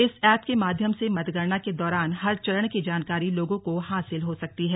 इस एप के माध्यम से मतगणना के दौरान हर चरण की जानकारी लोगों को हासिल हो सकती है